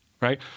right